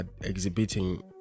exhibiting